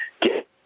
get